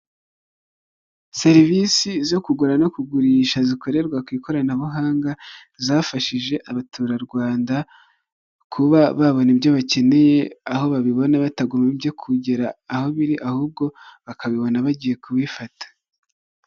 Serivisi zo kugura no kugurisha zikorerwa ku ikoranabuhanga, zafashije abaturarwanda kuba babona ibyo bakeneye, aho babibona batagombye kugera aho biri ahubwo bakabibona bagiye kubifata.